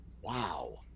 Wow